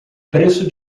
preço